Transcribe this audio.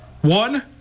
one